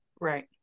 Right